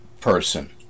person